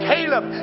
Caleb